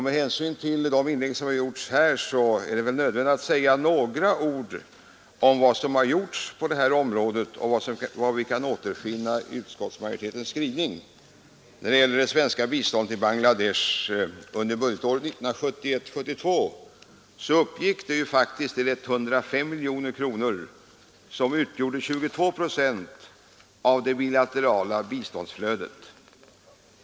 Med hänsyn till de inlägg som gjorts här är det väl nödvändigt att säga några ord om vad som har uträttats på detta område och vad vi kan återfinna i utskottsmajoritetens skrivning. När det gäller det svenska biståndet till Bangladesh under budgetåret 1971/72 uppgick det faktiskt till 105 miljoner kronor eller 22 procent av det bilaterala biståndsflödet.